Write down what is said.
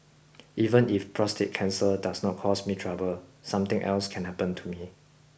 even if prostate cancer does not cause me trouble something else can happen to me